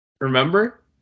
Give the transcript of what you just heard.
Remember